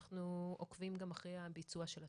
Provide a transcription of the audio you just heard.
אנחנו עוקבים גם אחרי הביצוע של התכנית.